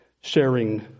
sharing